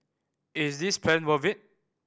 is this plan worth it